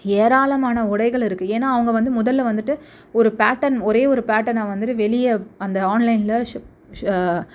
ஏராளமான உடைகள் இருக்குது ஏன்னால் அவங்க வந்து முதலில் வந்துட்டு ஒரு பேட்டன் ஒரே ஒரு பேட்டனை வந்துட்டு வெளியே அந்த ஆன்லைனில் ஷோ ஷோ